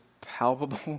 palpable